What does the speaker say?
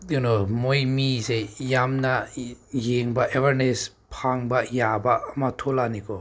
ꯀꯩꯅꯣ ꯃꯣꯏ ꯃꯤꯁꯦ ꯌꯥꯝꯅ ꯌꯦꯡꯕ ꯑꯦꯋꯥꯔꯅꯦꯁ ꯐꯪꯕ ꯌꯥꯕ ꯑꯃ ꯊꯣꯛꯂꯛꯅꯤꯀꯣ